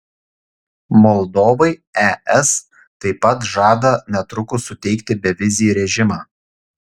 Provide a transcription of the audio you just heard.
moldovai es taip pat žada netrukus suteikti bevizį režimą